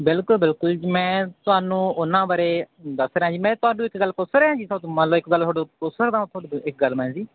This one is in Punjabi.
ਬਿਲਕੁਲ ਬਿਲਕੁਲ ਮੈਂ ਤੁਹਾਨੂੰ ਉਹਨਾਂ ਬਾਰੇ ਦੱਸ ਰਿਹਾ ਜੀ ਮੈਂ ਤੁਹਾਨੂੰ ਇੱਕ ਗੱਲ ਪੁੱਛ ਰਿਹਾ ਜੀ ਤੁਹਾਡੇ ਤੋਂ ਮੰਨ ਲਓ ਇੱਕ ਗੱਲ ਤੁਹਾਡੇ ਤੋਂ ਪੁੱਛ ਸਕਦਾ ਵਾ ਤੁਹਾਡੇ ਤੋਂ ਇੱਕ ਗੱਲ ਮੈਂ ਜੀ